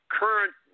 current